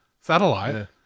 satellite